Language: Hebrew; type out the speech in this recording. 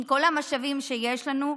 עם כל המשאבים שיש לנו,